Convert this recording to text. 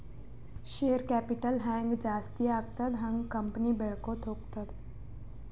share capital ಹ್ಯಾಂಗ್ ಜಾಸ್ತಿ ಆಗ್ತದ ಹಂಗ್ ಕಂಪನಿ ಬೆಳ್ಕೋತ ಹೋಗ್ತದ